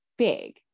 big